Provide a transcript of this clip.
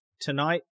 tonight